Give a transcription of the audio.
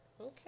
Okay